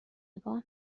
نگاه